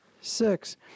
six